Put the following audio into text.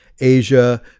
Asia